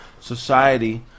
society